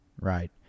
Right